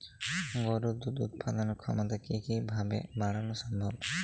গরুর দুধ উৎপাদনের ক্ষমতা কি কি ভাবে বাড়ানো সম্ভব?